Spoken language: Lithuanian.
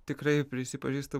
tikrai prisipažįstu